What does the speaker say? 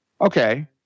Okay